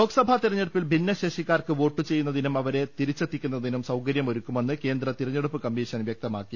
ലോക്സഭാ തെരഞ്ഞെടുപ്പിൽ ഭിന്നശേഷിക്കാർക്ക് വോട്ട് ചെയ്യു ന്നതിനും അവരെ തിരിച്ചെത്തിക്കുന്നതിനും സൌകരൃമൊരുക്കുമെന്ന് കേന്ദ്ര തെരഞ്ഞെടുപ്പ് കമ്മീഷൻ വൃക്തമാക്കി